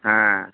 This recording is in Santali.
ᱦᱮᱸ